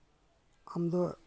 ᱟᱢ ᱫᱚ